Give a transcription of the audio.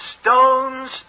stones